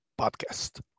podcast